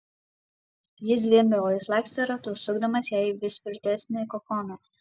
ji zvimbė o jis lakstė ratu sukdamas ją į vis tvirtesnį kokoną